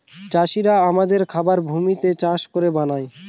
চাষিরা আমাদের খাবার ভূমিতে চাষ করে বানায়